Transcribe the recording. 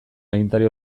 agintari